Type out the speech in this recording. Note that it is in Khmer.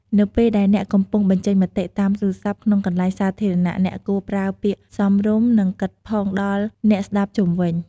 នៅពេលដែលអ្នកកំពុងបញ្ចេញមតិតាមទូរស័ព្ទក្នុងកន្លែងសាធារណៈ អ្នកគួរប្រើពាក្យសមរម្យ និងគិតផងដល់អ្នកស្ដាប់ជុំវិញ។